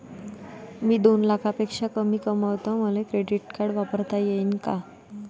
मी दोन लाखापेक्षा कमी कमावतो, मले क्रेडिट कार्ड वापरता येईन का?